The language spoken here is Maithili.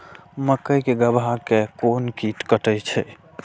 मक्के के गाभा के कोन कीट कटे छे?